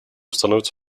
становится